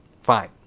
Fine